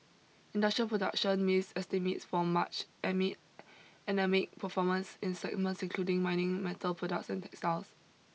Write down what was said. industrial production missed estimates for March amid anaemic performance in segments including mining metal products and textiles